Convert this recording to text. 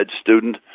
student